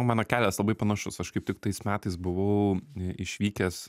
mano kelias labai panašus aš kaip tik tais metais buvau išvykęs